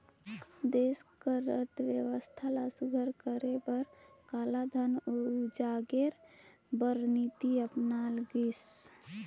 देस के अर्थबेवस्था ल सुग्घर करे बर कालाधन कर उजागेर बर नीति अपनाल गइस